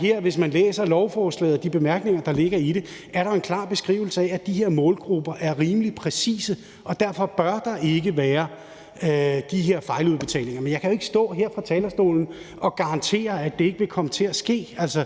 til – hvis man læser lovforslaget og de bemærkninger, der ligger i det, er en klar beskrivelse af, at de her målgrupper er rimelig præcise, og at derfor bør der ikke være de her fejludbetalinger. Men jeg kan jo ikke stå her på talerstolen og garantere, at det ikke vil komme til at ske. Altså,